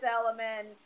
element